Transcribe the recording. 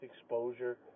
exposure